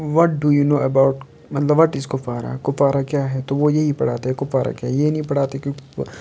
what do you know about مطلب what is Kupwara Kupwara کیٛاہ ہے تو وہ یہی پڑھاتے ہے کہ کُپوارہ کیٛاہ یہ نہیٖں پڑھاتے کہ